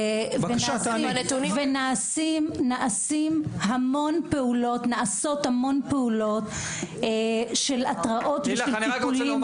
ונעשות המון פעולות של התראות וטיפולים.